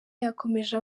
yakomeje